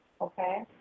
Okay